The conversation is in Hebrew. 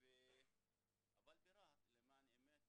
אבל ברהט, למען האמת,